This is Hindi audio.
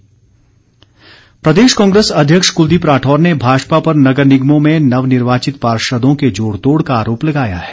कांग्रेस प्रदेश कांग्रेस अध्यक्ष कुलदीप राठौर ने भाजपा पर नगर निगमों में नवनिर्वाचित पार्षदों के जोड़ तोड़ का आरोप लगाया है